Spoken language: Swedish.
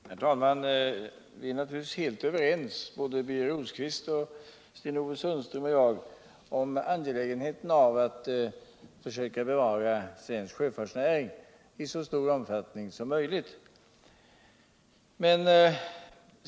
Herr talman! Vi är naturligtvis helt överens, Birger Rosqvist. Sten-Ove Sundström och jag, om angelägenheten av att försöka bevara svensk sjöfartsnäring I så stor omfattning som möjligt.